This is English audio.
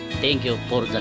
thank you for